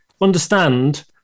understand